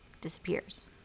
disappears